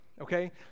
okay